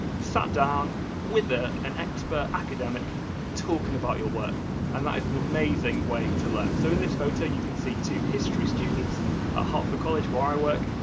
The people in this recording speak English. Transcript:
sat down with ah an expert academic talking about your work and that is an amazing way to learn. so in this photo you can see two history students at ah hertford college, where i work,